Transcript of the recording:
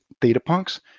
ThetaPunks